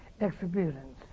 experience